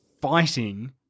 fighting